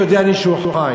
יודע אני שהוא חי.